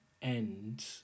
end